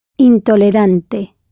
Intolerante